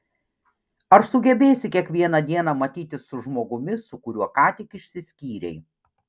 ar sugebėsi kiekvieną dieną matytis su žmogumi su kuriuo ką tik išsiskyrei